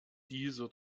dieser